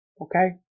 okay